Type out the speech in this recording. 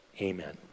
Amen